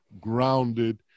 grounded